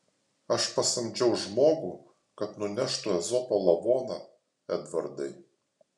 aš pasamdžiau žmogų kad nuneštų ezopo lavoną edvardai